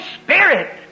Spirit